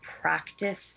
practice